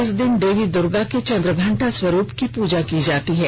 इस दिन देवी दुर्गा के चन्द्रघंटा स्वरूप की पूजा की जाती है